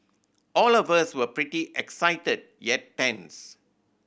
all of us were pretty excited yet tense